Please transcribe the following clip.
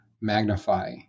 magnify